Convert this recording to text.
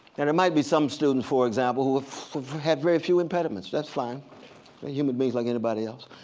there might be some students, for example, who have very few impediments. that's fine. they're human beings like anybody else.